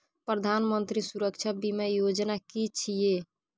प्रधानमंत्री सुरक्षा बीमा योजना कि छिए?